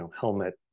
helmet